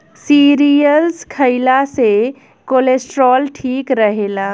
cereals खइला से cholesterol ठीक रहेला